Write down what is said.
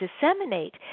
disseminate